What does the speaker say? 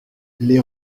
les